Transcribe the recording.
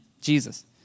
Jesus